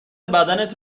بدنت